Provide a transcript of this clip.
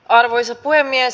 arvoisa puhemies